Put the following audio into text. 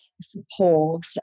support